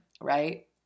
right